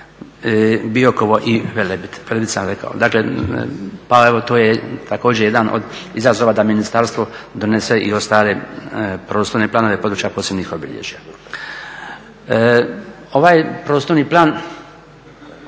Biokovo i Velebit, Velebit sam rekao. Dakle, pa evo to je također jedan od izazova da ministarstvo donese i ostale prostorne planove područja posebnih obilježja. Ovaj prostorni plan